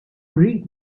rrid